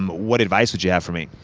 um what advice would you have for me?